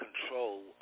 control